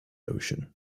ocean